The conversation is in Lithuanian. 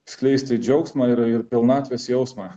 skleisti džiaugsmą ir ir pilnatvės jausmą